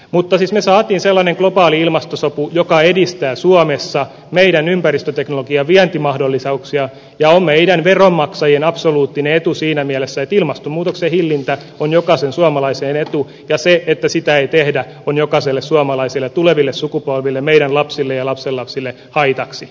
mutta siis me saimme sellaisen globaalin ilmastosovun joka edistää suomessa meidän ympäristöteknologiamme vientimahdollisuuksia ja se on meidän veronmaksajien absoluuttinen etu siinä mielessä että ilmastonmuutoksen hillintä on jokaisen suomalaisen etu ja se että sitä ei tehdä on jokaiselle suomalaiselle ja tuleville sukupolville meidän lapsillemme ja lapsenlapsillemme haitaksi